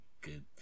good